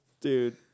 Dude